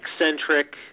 eccentric